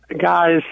guys